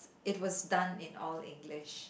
it was done in all English